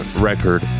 record